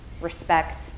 respect